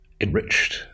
enriched